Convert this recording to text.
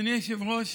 אדוני היושב-ראש,